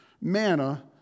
manna